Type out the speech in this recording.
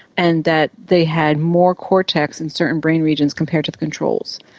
and that they had more cortex in certain brain regions compared to the controls.